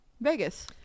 Vegas